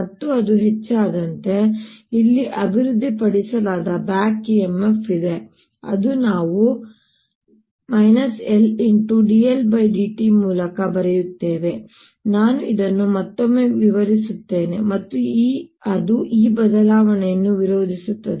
ಮತ್ತು ಅದು ಹೆಚ್ಚಾದಂತೆ ಇಲ್ಲಿ ಅಭಿವೃದ್ಧಿಪಡಿಸಲಾದ BACK EMF ಇದೆ ಅದನ್ನು ನಾವು L dIdt ಮೂಲಕ ಬರೆಯುತ್ತೇವೆ ನಾನು ಇದನ್ನು ಮತ್ತೊಮ್ಮೆ ವಿವರಿಸುತ್ತೇನೆ ಮತ್ತು ಅದು ಈ ಬದಲಾವಣೆಯನ್ನು ವಿರೋಧಿಸುತ್ತದೆ